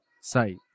site